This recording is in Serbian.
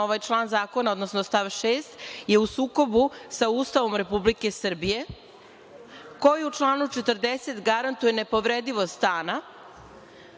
ovaj član zakona, odnosno stav 6. je u sukobu sa Ustavom Republike Srbije, koji u članu 40. garantuje nepovredivost stana,